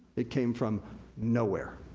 it came from no where.